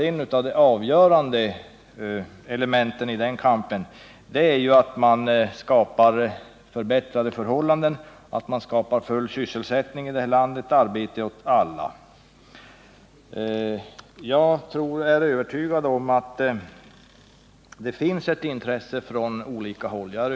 Ett av de avgörande elementen i den kampen är att man skapar förbättrade förhållanden, att man skapar full sysselsättning i landet, arbete åt alla. Jag är övertygad om att det finns ett intresse från olika håll för det.